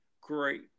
great